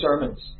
sermons